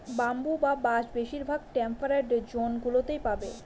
bamboo বা বাঁশ বেশিরভাগ টেম্পারড জোন গুলোতে পাবে